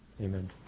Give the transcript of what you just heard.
Amen